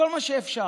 כל מה שאפשר.